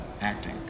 acting